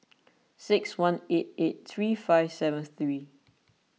six one eight eight three five seven three